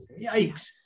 Yikes